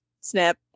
Snap